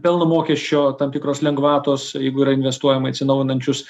pelno mokesčio tam tikros lengvatos jeigu yra investuojama į atsinaujinančius